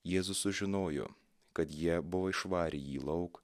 jėzus sužinojo kad jie buvo išvarė jį lauk